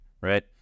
right